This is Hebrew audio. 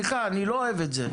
סליחה, אני לא אוהב את זה.